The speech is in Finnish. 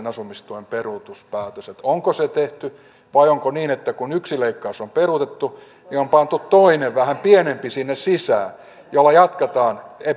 asumistuen peruutuspäätös onko se tehty vai onko niin että kun yksi leikkaus on peruutettu niin on pantu sinne sisään toinen vähän pienempi jolla jatketaan